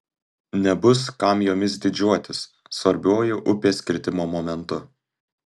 nebus kam jomis didžiuotis svarbiuoju upės kirtimo momentu